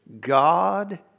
God